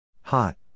Hot